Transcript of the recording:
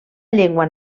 llengua